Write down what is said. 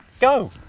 go